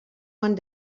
one